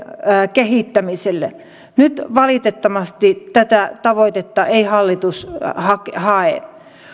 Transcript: kehittämiselle nyt valitettavasti tätä tavoitetta ei hallitus hae